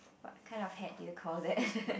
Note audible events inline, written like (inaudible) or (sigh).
what kind of hat do you call that (laughs)